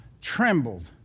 trembled